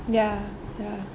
ya ya